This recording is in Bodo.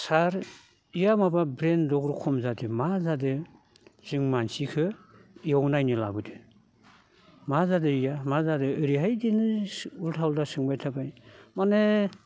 सार बिहा माबा ब्रेन खम जादो मा जादो जों मानसिखो इयाव नायनो लाबोदो मा जादो बेहा मा जादो ओरैहाय इदिनो उलथा उलथा सोंबाय थाबाय माने